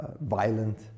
violent